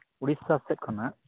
ᱳᱰᱤᱥᱟ ᱥᱮᱫ ᱠᱷᱚᱱᱟᱜ